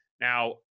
now